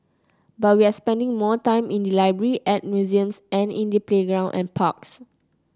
but we are spending more time in the library at museums and in the playgrounds and parks